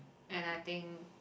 and I think